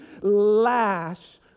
lash